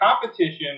competition